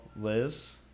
Liz